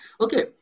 okay